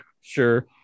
sure